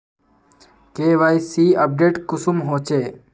KYC update कुंसम होचे?